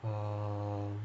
err